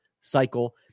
cycle